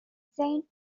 saint